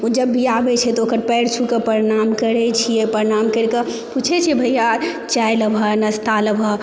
ओ जब भी आबै छै तऽ ओकर पैर छू कऽ प्रणाम करै छियै प्रणाम कैर कऽ पूछै छियै भैया चाय लेबह नास्ता लेबह